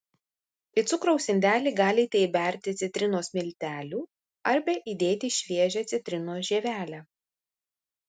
į cukraus indelį galite įberti citrinos miltelių arba įdėti šviežią citrinos žievelę